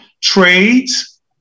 trades